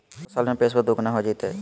को साल में पैसबा दुगना हो जयते?